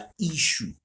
issue